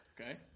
Okay